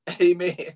amen